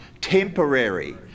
Temporary